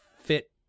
fit